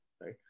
Right